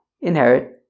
inherit